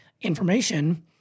information